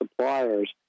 suppliers